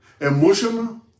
emotional